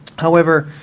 however,